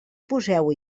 poseu